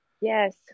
Yes